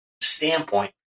standpoint